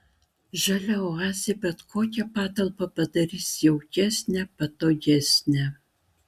žalia oazė bet kokią patalpą padarys jaukesnę patogesnę